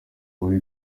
muri